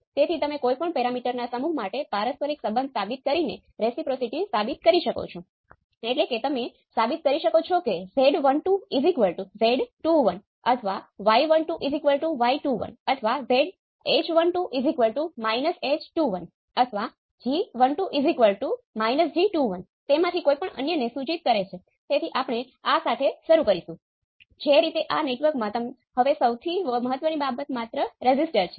તેથી આ op amp છે અને તે જ આપણે નક્કી કરવાનું છે